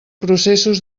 processos